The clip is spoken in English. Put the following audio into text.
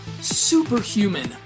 superhuman